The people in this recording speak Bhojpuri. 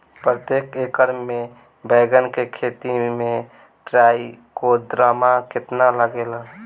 प्रतेक एकर मे बैगन के खेती मे ट्राईकोद्रमा कितना लागेला?